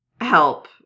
help